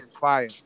fire